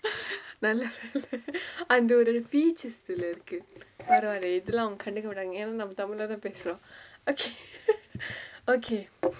நல்ல வேல:nalla vela அந்த ஒரு:antha oru speech is இதுல இருக்கு பரவால இதலா அவங்க கண்டுக்க மாட்டாங்க ஏனா நம்ம:ithula irukku paravaala ithala avanga kandukka maattaanga yaenaa namma tamil leh தா பேசுரோ:thaa pesuro okay okay